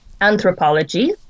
anthropology